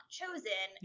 chosen